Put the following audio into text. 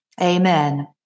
Amen